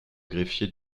greffier